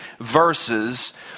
verses